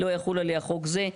לא יחול עליה חוק זה".